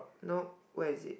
nope where is it